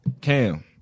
Cam